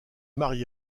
mariée